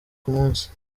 kumunsi